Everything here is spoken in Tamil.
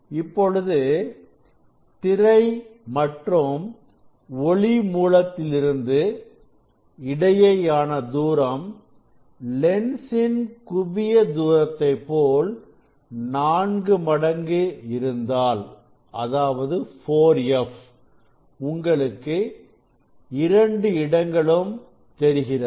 இப்பொழுது திரை மற்றும் ஒளி மூலத்திற்கு இடையேயான தூரம் லென்சின் குவிய தூரத்தை போல் நான்கு மடங்கு இருந்தால் அதாவது 4 f உங்களுக்கு இரண்டு இடங்களும் தெரிகிறது